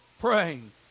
praying